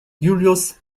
julius